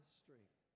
strength